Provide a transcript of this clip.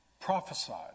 prophesied